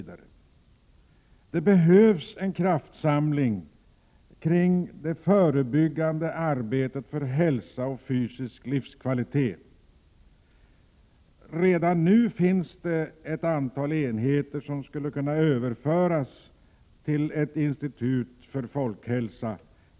Det behövs en kraftsamling kring det förebyggande arbetet för hälsa och fysisk livskvalitet. Redan nu finns det ett antal enheter som skulle kunna överföras till ett institut för folkhälsa.